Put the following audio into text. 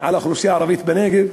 על האוכלוסייה הערבית בנגב,